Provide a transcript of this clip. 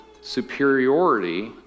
superiority